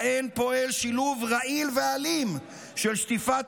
שבהן פועל שילוב רעיל ואלים של שטיפת